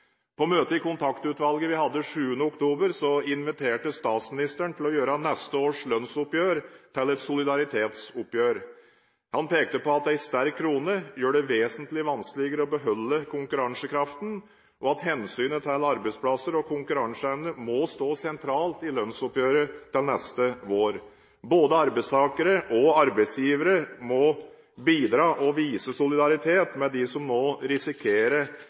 På møtet i kontaktutvalget som vi hadde 7. oktober, inviterte statsministeren til å gjøre neste års lønnsoppgjør til et solidaritetsoppgjør. Han pekte på at en sterk krone gjør det vesentlig vanskeligere å beholde konkurransekraften, og at hensynet til arbeidsplasser og konkurranseevne må stå sentralt i lønnsoppgjøret til neste vår. Både arbeidstakere og arbeidsgivere må bidra og vise solidaritet med dem som